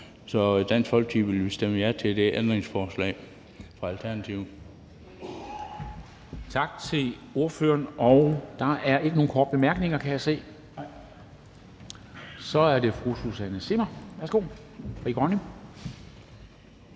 Så i Dansk Folkeparti vil vi stemme ja til det ændringsforslag fra Alternativet.